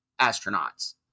astronauts